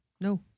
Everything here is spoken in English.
No